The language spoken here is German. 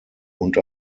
und